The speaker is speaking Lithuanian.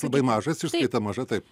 labai mažas išskaita maža taip